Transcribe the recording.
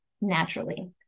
naturally